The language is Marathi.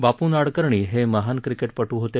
बापू नाडकर्णी हे महान क्रिकेटपटू होते